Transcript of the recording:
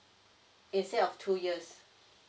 instead of two years